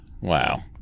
Wow